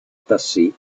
tassi